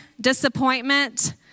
disappointment